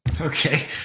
Okay